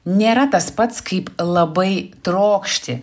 nėra tas pats kaip labai trokšti